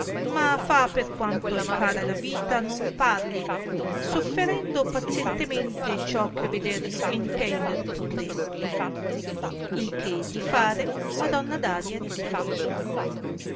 ma fa per quanto hai cara la vita non parli sofferendo pazientemente ciò che veder e intender potresti il che di fare madonna daria rispose